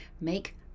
Make